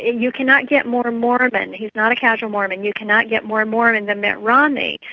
you cannot get more mormon. he's not a casual mormon. you cannot get more and mormon than mitt romney.